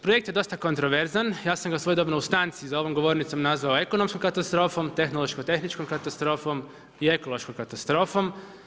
Projekt je dosta kontroverzan, ja sam ga svojedobno u stanci za ovom govornicom nazvao ekonomskom katastroform, tehnološko-tehničkom katastrofom i ekološkom katastrofom.